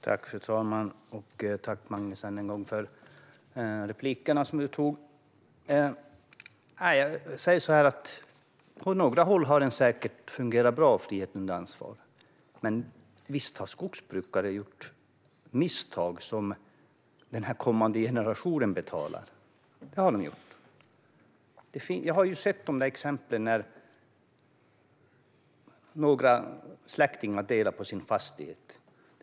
Fru talman! Tack än en gång för repliken, Magnus! På några håll har frihet under ansvar säkert fungerat bra, men visst har skogsbrukare gjort misstag som den kommande generationen får betala. Jag har sett exempel där några släktingar har delat på en fastighet.